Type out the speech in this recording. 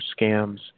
scams